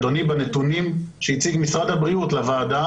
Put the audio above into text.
אדוני, בנתונים שהציג משרד הבריאות לוועדה